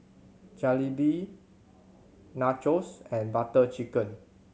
Jalebi Nachos and Butter Chicken